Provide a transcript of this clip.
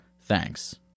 Thanks